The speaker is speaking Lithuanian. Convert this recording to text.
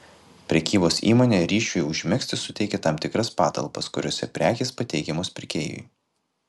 prekybos įmonė ryšiui užmegzti suteikia tam tikras patalpas kuriose prekės pateikiamos pirkėjui